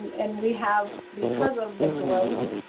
and we have because of the growth